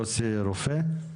יוסי רופא?